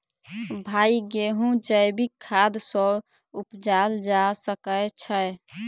भाई गेंहूँ जैविक खाद सँ उपजाल जा सकै छैय?